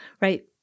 right